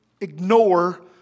ignore